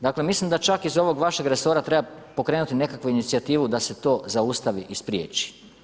Dakle, mislim da čak iz ovog vašeg resora treba pokrenuti nekakvu inicijativu da se to zaustavi i spriječi.